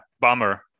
bummer